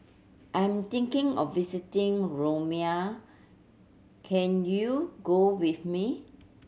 I'm thinking of visiting Romania can you go with me